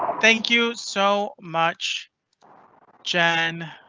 thank you so much jen,